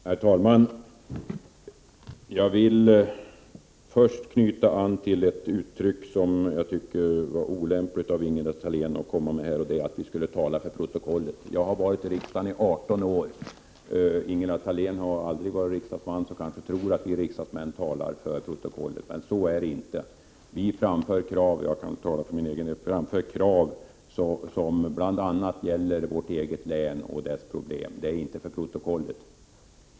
Herr talman! Jag vill först knyta an till ett uttryck som jag tycker att det var olämpligt av Ingela Thalén att använda, nämligen att vi skulle tala till protokollet. Jag har varit i riksdagen i 18 år. Ingela Thalén har aldrig varit riksdagsman. Hon kanske tror att vi riksdagsmän talar till protokollet, men så är det inte. Jag kan tala för egen del. Vi framför krav som bl.a. gäller vårt eget län och dess problem — inte för protokollet!